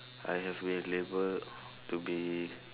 I have been labelled to be